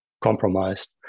compromised